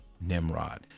Nimrod